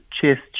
chest